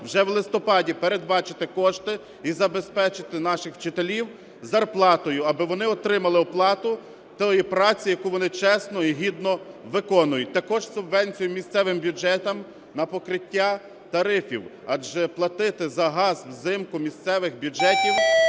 вже в листопаді передбачити кошти і забезпечити наших вчителів зарплатою, аби вони отримали оплату тої праці, яку вони чесно і гідно виконують. Також субвенцію місцевим бюджетам на покриття тарифів. Адже платити за газ взимку місцевим бюджетам